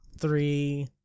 three